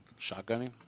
Shotgunning